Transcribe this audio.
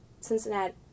Cincinnati